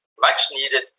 much-needed